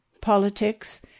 politics